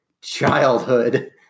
childhood